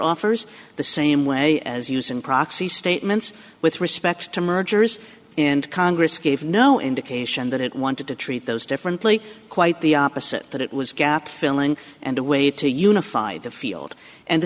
offers the same way as using proxy statements with respect to mergers and congress gave no indication that it wanted to treat those differently quite the opposite that it was gap filling and a way to unify the field and the